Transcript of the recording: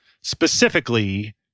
Specifically